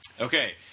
Okay